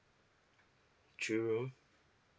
three rooms